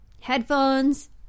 headphones